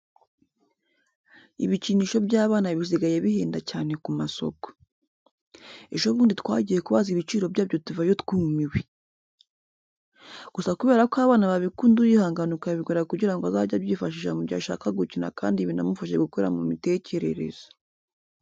Ibikinisho by'abana bisigaye bihenda cyane ku masoko. Ejo bundi twagiye kubaza ibiciro byabyo tuvayo twumiwe. Gusa kubera ko abana babikunda urihangana ukabigura kugira ngo azajye abyifashisha mu gihe ashaka gukina kandi binamufashe gukura mu mitekerereze.